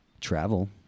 travel